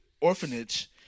orphanage